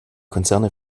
konzerne